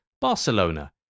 Barcelona